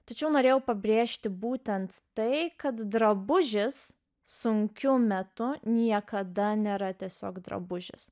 tačiau norėjau pabrėžti būtent tai kad drabužis sunkiu metu niekada nėra tiesiog drabužis